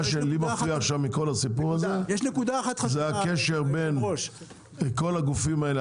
מה שלי מפריע בכל הסיפור הזה זה הקשר בין כל הגופים האלה,